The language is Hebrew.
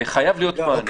וחייב להיות מענה,